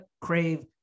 crave